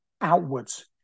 outwards